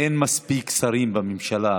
אין מספיק שרים בממשלה,